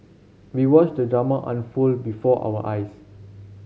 we watched the drama unfold before our eyes